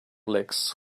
lakes